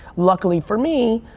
luckily for me,